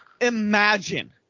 imagine